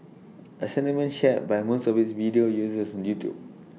A sentiment shared by most of its video's viewers on YouTube